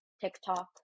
tiktok